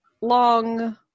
long